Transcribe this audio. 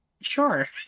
Sure